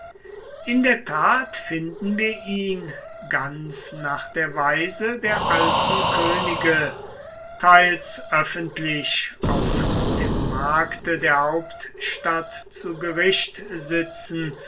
in der tat finden wir ihn ganz nach der weise der alten könige teils öffentlich auf dem markte der hauptstadt zu gericht sitzen